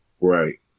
Right